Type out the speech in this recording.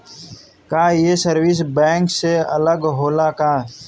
का ये service bank से अलग होला का?